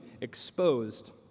exposed